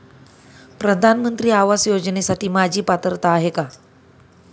प्रधानमंत्री आवास योजनेसाठी माझी पात्रता आहे का?